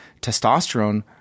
testosterone